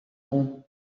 home